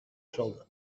shoulder